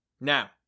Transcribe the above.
Now